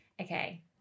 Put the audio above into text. Okay